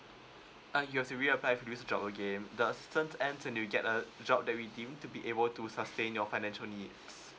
err you have to re apply if you loose your job again the assistant end when you get a job that we deemed to be able to sustain your financial needs